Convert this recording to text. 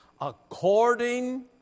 according